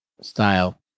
style